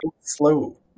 slow